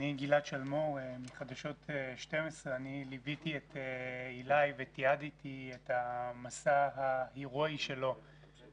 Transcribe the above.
אני מחדשות 12. אני ליוויתי את עילי ותיעדתי את המסע ההרואי שלו מהמיטה